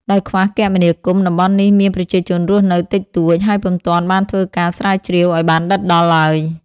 ដោយខ្វះគមនាគមន៍ តំបន់នេះមានប្រជាជនរស់នៅ តិចតួច ហើយពុំទាន់បានធ្វើការស្រាវជ្រាវអោយបានដិតដល់ឡើយ ។